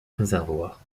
réservoir